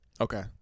okay